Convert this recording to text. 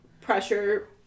pressure